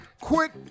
Quit